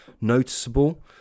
noticeable